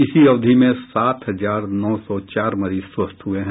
इसी अवधि में सात हजार नौ सौ चार मरीज स्वस्थ हुये है